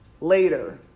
Later